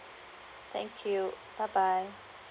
thank you bye bye